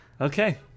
Okay